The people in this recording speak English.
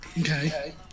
Okay